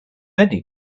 many